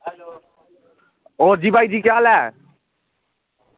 होर जी भाई जी केह् हाल ऐ